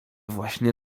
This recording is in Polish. właśnie